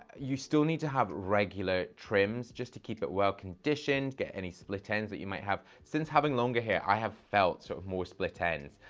you still need to have regular trims just to keep it well-conditioned, get any split ends that you have. since having longer hair, i have felt sort of more split ends.